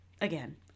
Again